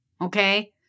Okay